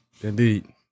Indeed